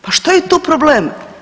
Pa što je tu problem?